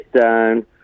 down